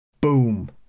boom